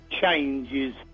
changes